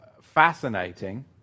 fascinating